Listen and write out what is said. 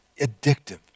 addictive